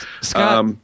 Scott